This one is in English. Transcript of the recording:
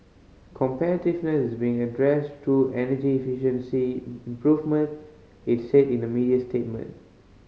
competitiveness is be addressed through energy efficiency improvement it said in a media statement